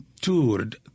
toured